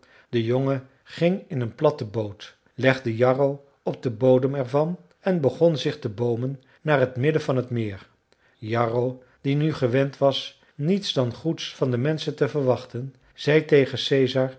de jongen ging in een platte boot legde jarro op den bodem ervan en begon zich te boomen naar het midden van het meer jarro die nu gewend was niets dan goeds van de menschen te verwachten zei tegen caesar